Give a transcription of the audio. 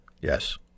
Yes